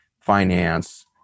finance